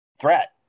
threat